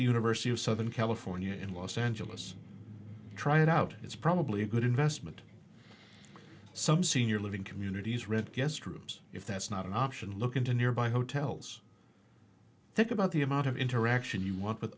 the university of southern california in los angeles try it out it's probably a good investment some senior living communities read guest rooms if that's not an option look into nearby hotels think about the amount of interaction you want with